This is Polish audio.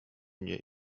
nie